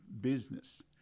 business